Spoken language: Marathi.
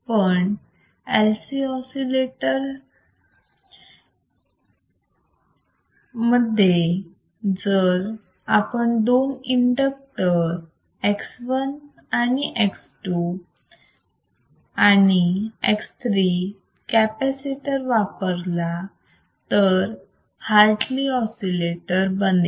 पण LC ऑसिलेटर मध्ये जर आपण दोन इंडक्टर X1 and X2 आणि X3 कॅपॅसिटर वापरला तर हा हार्टली ऑसिलेटर बनेल